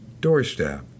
doorstep